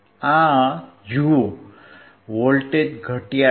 આ જુઓ વોલ્ટેજ ઘટ્યા છે